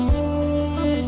yeah